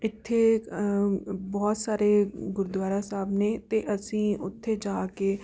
ਇੱਥੇ ਬਹੁਤ ਸਾਰੇ ਗੁਰਦੁਆਰਾ ਸਾਹਿਬ ਨੇ ਅਤੇ ਅਸੀਂ ਉੱਥੇ ਜਾ ਕੇ